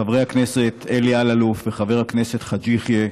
חברי הכנסת אלי אלאלוף וחבר הכנסת חאג' יחיא,